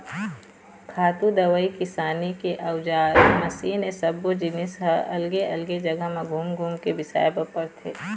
खातू, दवई, किसानी के अउजार, मसीन ए सब्बो जिनिस ह अलगे अलगे जघा म घूम घूम के बिसाए बर परथे